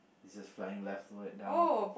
is he flying leftward down